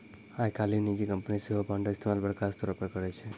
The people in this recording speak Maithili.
आइ काल्हि निजी कंपनी सेहो बांडो के इस्तेमाल बड़का स्तरो पे करै छै